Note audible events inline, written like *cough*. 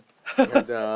*laughs*